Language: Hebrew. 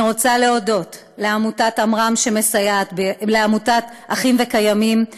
אני רוצה להודות לעמותת אחים וקיימים,